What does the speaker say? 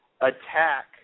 attack